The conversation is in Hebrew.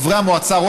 חברי המועצה,